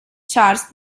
charles